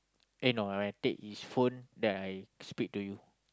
eh no no when I take his phone then I speak to you